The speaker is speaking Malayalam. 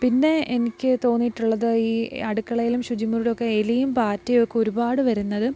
പിന്നെ എനിക്ക് തോന്നിയിട്ടുള്ളത് ഈ അടുക്കളയിലും ശുചി മുറിയിലൊക്കെ എലിയും പാറ്റെയൊക്കെ ഒരുപാട് വരുന്നത്